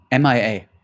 MIA